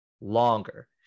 longer